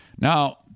Now